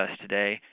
today